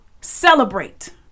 celebrate